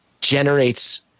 generates